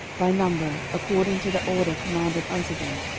by number, according to the order commanded unto them,